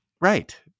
right